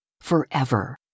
forever